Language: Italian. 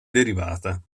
derivata